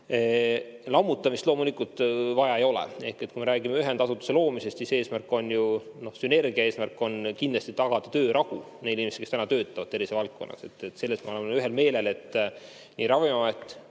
Lammutamist loomulikult vaja ei ole. Ehk kui me räägime ühendasutuse loomisest, siis eesmärk on ju sünergia. Eesmärk on kindlasti tagada töörahu neil inimestel, kes töötavad tervishoiuvaldkonnas. Selles me oleme ühel meelel, et nii Ravimiamet,